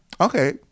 okay